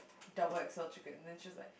double x_l chicken then she was like